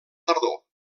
tardor